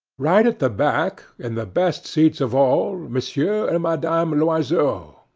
right at the back, in the best seats of all, monsieur and madame loiseau,